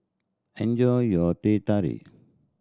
enjoy your Teh Tarik